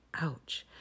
Ouch